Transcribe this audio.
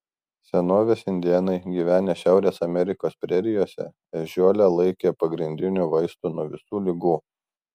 senovės indėnai gyvenę šiaurės amerikos prerijose ežiuolę laikė pagrindiniu vaistu nuo visų ligų